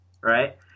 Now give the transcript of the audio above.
right